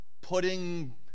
putting